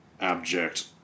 abject